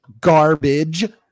garbage